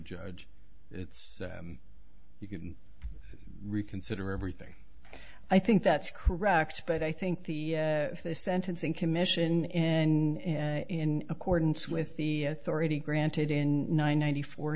judge it's you can reconsider everything i think that's correct but i think the sentencing commission and in accordance with the authority granted in ninety four